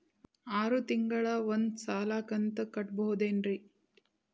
ಆರ ತಿಂಗಳಿಗ ಒಂದ್ ಸಲ ಕಂತ ಕಟ್ಟಬಹುದೇನ್ರಿ?